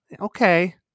Okay